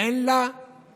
אין לה לגיטימציה.